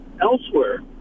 elsewhere